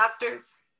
doctors